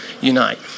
unite